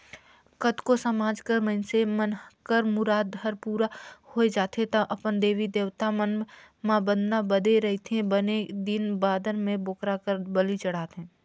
कतको समाज कर मइनसे मन कर मुराद हर पूरा होय जाथे त अपन देवी देवता मन म बदना बदे रहिथे बने दिन बादर म बोकरा कर बली चढ़ाथे